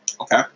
Okay